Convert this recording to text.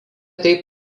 taip